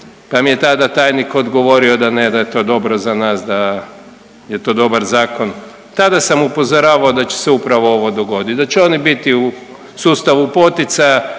pa mi je tada tajnik odgovorio da ne, da je to dobro za nas, da je to dobar zakon. Tada sam upozoravao da će se upravo ovo dogoditi da će oni biti u sustavu poticaja